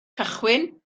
cychwyn